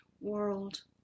world